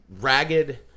ragged